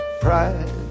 pride